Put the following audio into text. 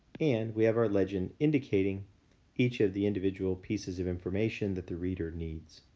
and we have our legend indicating each of the individual pieces of information that the reader needs.